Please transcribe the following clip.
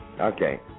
Okay